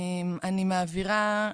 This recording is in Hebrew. אני מעבירה